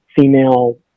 female